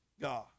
God